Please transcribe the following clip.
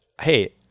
hey